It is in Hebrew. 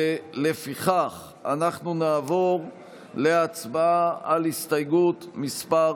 אנחנו נעבור להצבעה על הסתייגות מס'